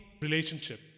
relationship